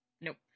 Nope